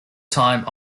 time